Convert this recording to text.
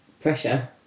pressure